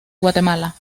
guatemala